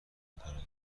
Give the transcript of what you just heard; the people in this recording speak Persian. میکنم